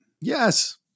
Yes